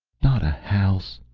not a house,